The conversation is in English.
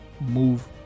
move